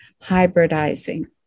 hybridizing